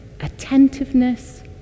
attentiveness